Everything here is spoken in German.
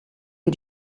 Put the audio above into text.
wie